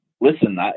listen